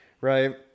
right